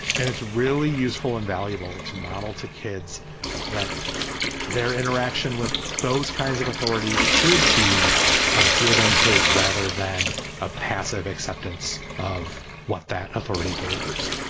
and it's really useful and valuable to model to kids that their interaction with those kinds of authorities should be a give and take rather than a passive acceptance of what that authority delivers.